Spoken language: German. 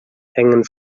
hängen